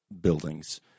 buildings